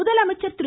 முதலமைச்சர் திரு